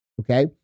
Okay